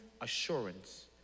assurance